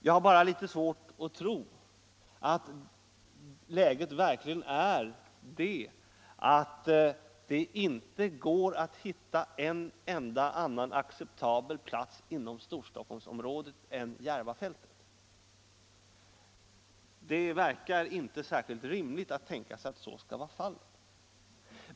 Jag har bara litet svårt att tro att det verkligen inte går att hitta någon annan acceptabel plats inom Storstockholmsområdet än Järvafältet. Det verkar inte särskilt rimligt att tänka sig att så skulle vara fallet.